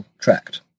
tract